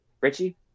Richie